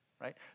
right